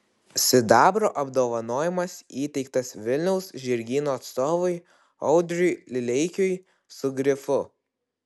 sidabro apdovanojimas įteiktas vilniaus žirgyno atstovui audriui lileikiui su grifu